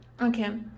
Okay